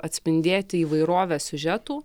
atspindėti įvairovę siužetų